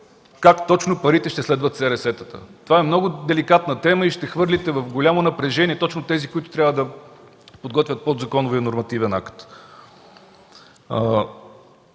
как точно парите ще следват СРС-тата. Това е много деликатна тема и ще хвърлите в голямо напрежение точно тези, които трябва да подготвят подзаконовия нормативен акт